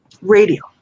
radio